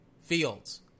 Fields